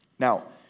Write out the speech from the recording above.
Now